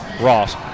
Ross